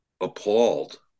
appalled